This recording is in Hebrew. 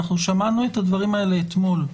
שמענו את הדברים האלה אתמול.